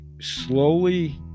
slowly